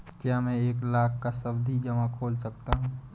क्या मैं एक लाख का सावधि जमा खोल सकता हूँ?